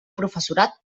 professorat